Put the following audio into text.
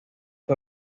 fue